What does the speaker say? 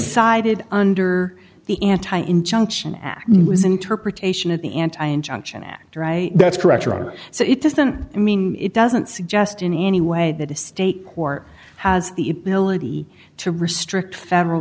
decided under the anti injunction ackman was interpretation of the anti injunction act right that's correct your honor so it doesn't mean it doesn't suggest in any way that a state court has the ability to restrict federal